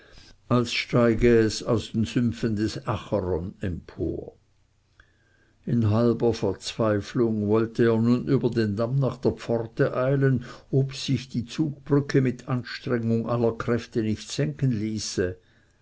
als steige es aus den sümpfen des acheron empor in halber verzweiflung wollte er nun über den damm nach der pforte eilen ob sich die zugbrücke mit anstrengung aller kräfte nicht senken ließe